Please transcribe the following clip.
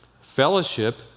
Fellowship